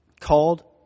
Called